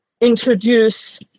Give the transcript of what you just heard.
introduce